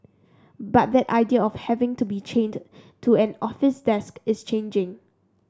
but that idea of having to be chained to an office desk is changing